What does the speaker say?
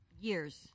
years